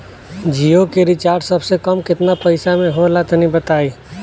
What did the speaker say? जियो के रिचार्ज सबसे कम केतना पईसा म होला तनि बताई?